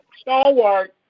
stalwart